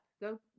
Go